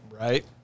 Right